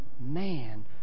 man